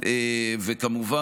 וכמובן,